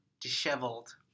disheveled